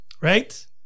Right